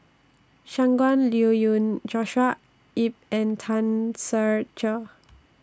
Shangguan Liuyun Joshua Ip and Tan Ser Cher